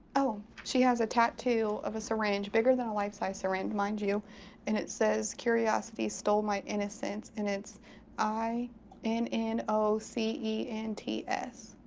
oh. she has a tattoo of a syringe bigger than a life-size syringe, mind you and it says, curiosity stole my innocence, and it's i and n n o c e n t s.